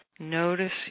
Notice